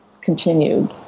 continued